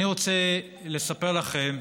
אני רוצה לספר לכם: